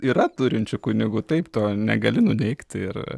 yra turinčių kunigų taip to negali nuneigti ir